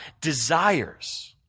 desires